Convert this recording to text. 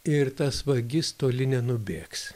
ir tas vagis toli nenubėgs